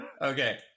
Okay